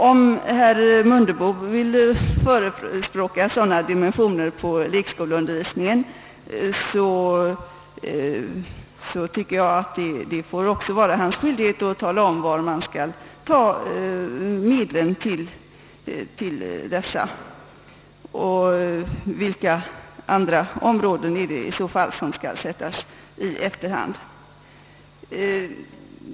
Om herr Mundebo vill föreslå en lekskoleundervisning av sådana dimensioner tycker jag att han också bör tala om varifrån vi skall ta de medel som behövs härför och vilka andra områden som i så fall skall sättas i efterhand.